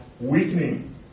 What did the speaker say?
weakening